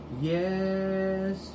Yes